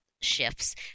shifts